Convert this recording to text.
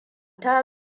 ta